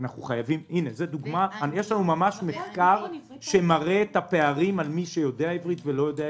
יש לנו ממש מחקר שמראה את הפערים על מי שיודע עברית ולא יודע עברית.